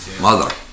mother